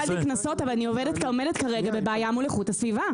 קנסות אבל אני עומדת בבעיה מול איכות הסביבה.